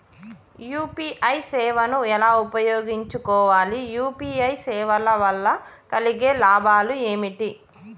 UPI సేవను ఎలా ఉపయోగించు కోవాలి? యూ.పీ.ఐ సేవల వల్ల కలిగే లాభాలు ఏమిటి?